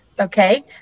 Okay